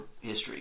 history